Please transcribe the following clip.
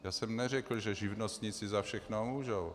Já jsem neřekl, že živnostníci za všechno můžou.